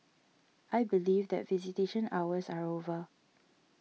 I believe that visitation hours are over